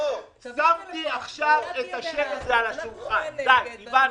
שמתי את השד הזה על השולחן, די, הבנו.